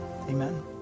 amen